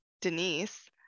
Denise